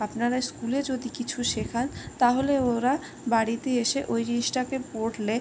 আপনারা স্কুলে যদি কিছু শেখান তাহলে ওরা বাড়িতে এসে ওই জিনিসটাকে পড়লে